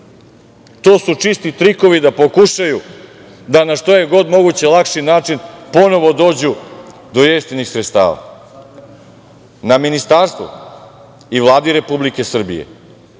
su čisti trikovi da pokušaju da na što je god moguće lakši način ponovo dođu do jeftinih sredstava. Na ministarstvu i Vladi Republike Srbije